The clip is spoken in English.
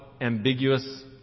ambiguous